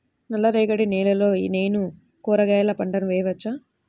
నల్ల రేగడి నేలలో నేను కూరగాయల పంటను వేయచ్చా?